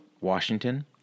Washington